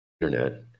internet